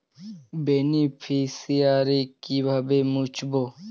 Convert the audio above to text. Beneficiary কিভাবে মুছব?